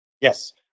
yes